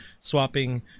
swapping